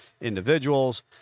individuals